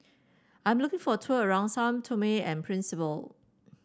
I'm looking for a tour around Sao Tome and Principe